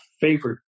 favorite